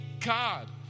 God